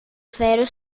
φέρω